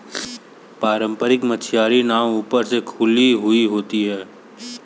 पारम्परिक मछियारी नाव ऊपर से खुली हुई होती हैं